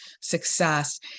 success